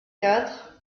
quatre